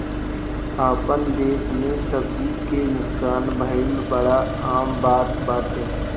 आपन देस में सब्जी के नुकसान भइल बड़ा आम बात बाटे